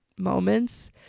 moments